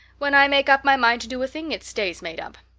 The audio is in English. when i make up my mind to do a thing it stays made up.